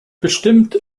bestimmt